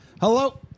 Hello